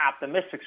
optimistic